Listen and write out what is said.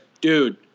dude